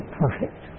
perfect